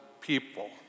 people